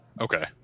Okay